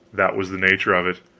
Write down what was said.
that was the nature of it.